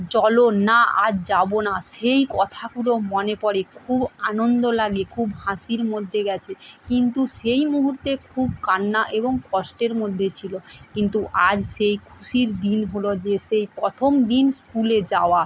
চলো না আজ যাবো না সেই কথাগুলো মনে পড়ে খুব আনন্দ লাগে খুব হাসির মধ্যে গেছে কিন্তু সেই মুহুর্তে খুব কান্না এবং কষ্টের মধ্যে ছিলো কিন্তু আজ সেই খুশির দিন হলো যে সেই প্রথম দিন স্কুলে যাওয়া